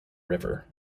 river